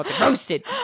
Roasted